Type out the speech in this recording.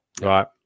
right